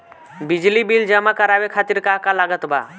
बिजली बिल जमा करावे खातिर का का लागत बा?